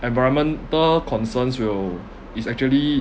environmental concerns will is actually